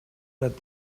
that